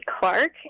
Clark